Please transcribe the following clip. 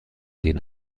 den